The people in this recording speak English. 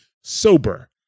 Sober